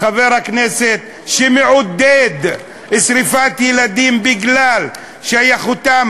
חבר כנסת שמעודד שרפת ילדים בגלל שייכותם